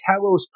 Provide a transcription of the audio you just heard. Talos